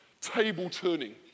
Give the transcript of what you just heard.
table-turning